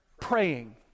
praying